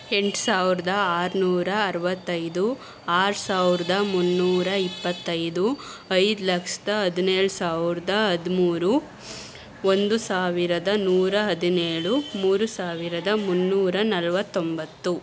ಎಂಟು ಸಾವಿರದ ಆರುನೂರ ಅರ್ವತ್ತೈದು ಆರು ಸಾವಿರದ ಮುನ್ನೂರ ಇಪ್ಪತ್ತೈದು ಐದು ಲಕ್ಷದ ಹದಿನೇಳು ಸಾವಿರದ ಹದಿಮೂರು ಒಂದು ಸಾವಿರದ ನೂರ ಹದಿನೇಳು ಮೂರು ಸಾವಿರದ ಮುನ್ನೂರ ನಲ್ವತ್ತೊಂಬತ್ತು